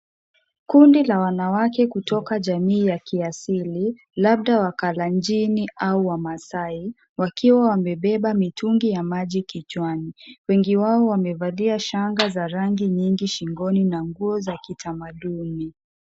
Kundi la wanawake kutoka jamii ya kiasili, labda Wakalenjin au Wamasaai, wakiwa wamebeba mitungi ya maji kichwani. Wengi wao wamevalia shanga za rangi nyingi shingoni na nguo za kitamaduni.